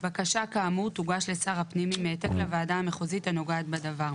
בקשה כאמור תוגש לשר הפנים עם העתק לוועדה המחוזית הנוגעת בדבר,